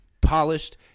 Polished